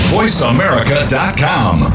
VoiceAmerica.com